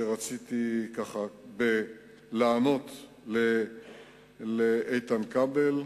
שרציתי לענות לאיתן כבל.